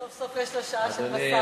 סוף-סוף יש את השעה של השר.